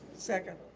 second.